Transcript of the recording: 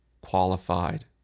qualified